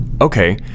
okay